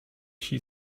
she